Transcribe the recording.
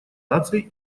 наций